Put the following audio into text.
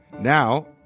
Now